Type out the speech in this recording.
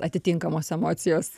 atitinkamos emocijos